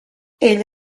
ell